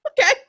Okay